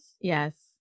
Yes